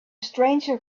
stranger